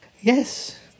Yes